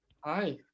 Hi